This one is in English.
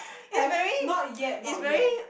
haven't not yet not yet